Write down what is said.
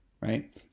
right